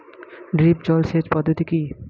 Drip জল সেচ পদ্ধতি কি?